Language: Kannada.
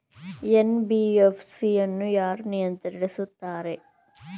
ಎನ್.ಬಿ.ಎಫ್.ಸಿ ಅನ್ನು ಯಾರು ನಿಯಂತ್ರಿಸುತ್ತಾರೆ?